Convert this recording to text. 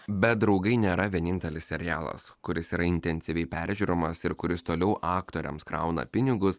bet draugai nėra vienintelis serialas kuris yra intensyviai peržiūrimas ir kuris toliau aktoriams krauna pinigus